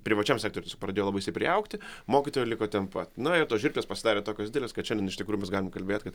privačiam sektoriuj pradėjo labai stipriai augti mokytojo liko ten pat na ir tos žirklės pasidarė tokios didelės kad šiandien iš tikrųjų mes galim kalbėt kad